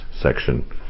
section